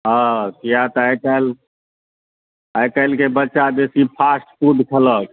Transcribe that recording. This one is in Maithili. हँ किआ तऽ आइ काल्हि आइकाल्हिके बच्चा बेसी फास्ट फूड खेलक